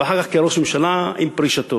ואחר כך כראש ממשלה, עם פרישתו.